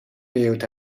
built